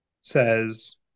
says